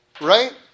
right